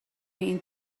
این